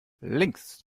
links